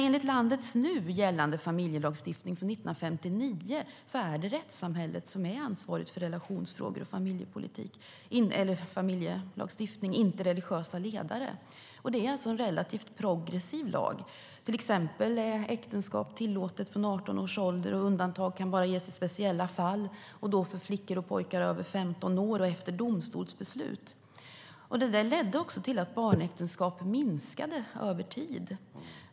Enligt landets nu gällande familjelagstiftning från 1959 är det rättssamhället som är ansvarigt för relationsfrågor och familjelagstiftning - inte religiösa ledare. Det är en relativt progressiv lag. Till exempel är äktenskap tillåtet från 18 år ålder, och undantag kan bara göras i speciella fall - då för flickor och pojkar över 15 år och efter domstolsbeslut. Detta ledde till att barnäktenskap minskade över tid.